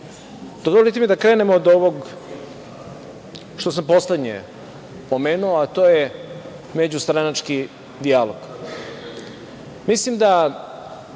Srbije. Dozvolite mi da krenem od ovog što sam poslednje pomenuo, a to je međustranački dijalog.